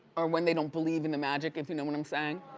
or when they don't believe in the magic if you know what i'm saying.